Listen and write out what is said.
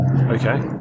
Okay